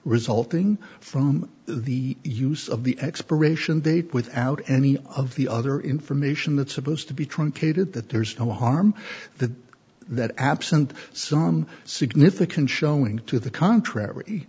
resulting from the use of the expiration date without any of the other information that's supposed to be truncated that there's no harm that that absent some significant showing to the contrary